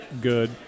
good